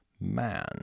man